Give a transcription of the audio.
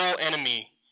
enemy